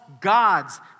gods